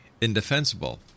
indefensible